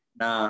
na